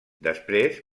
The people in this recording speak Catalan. després